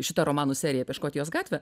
šita romanų serija apie škotijos gatvę